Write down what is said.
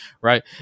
right